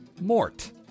Mort